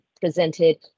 presented